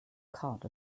cart